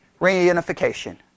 Reunification